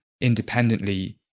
independently